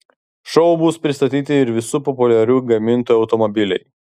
šou bus pristatyti ir visų populiarių gamintojų automobiliai